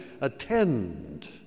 attend